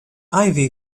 ivy